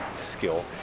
skill